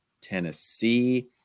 Tennessee